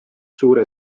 suure